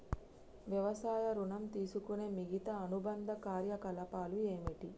వ్యవసాయ ఋణం తీసుకునే మిగితా అనుబంధ కార్యకలాపాలు ఏమిటి?